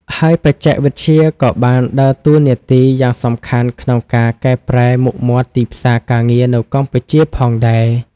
ហើយបច្ចេកវិទ្យាក៏បានដើរតួនាទីយ៉ាងសំខាន់ក្នុងការកែប្រែមុខមាត់ទីផ្សារការងារនៅកម្ពុជាផងដែរ។